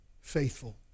faithful